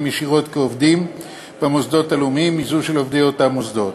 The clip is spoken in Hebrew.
ישירות כעובדים במוסדות הלאומיים מאלו של עובדי אותם מוסדות,